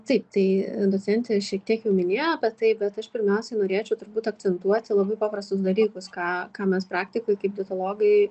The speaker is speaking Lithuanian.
taip tai docentė šiek tiek jau minėjo apie tai bet aš pirmiausiai norėčiau turbūt akcentuoti labai paprastus dalykus ką ką mes praktikoj kaip dietologai